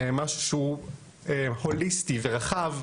משהו שהוא הוליסטי ורחב,